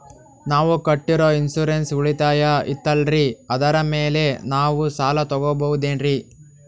ನಾವು ಕಟ್ಟಿರೋ ಇನ್ಸೂರೆನ್ಸ್ ಉಳಿತಾಯ ಐತಾಲ್ರಿ ಅದರ ಮೇಲೆ ನಾವು ಸಾಲ ತಗೋಬಹುದೇನ್ರಿ?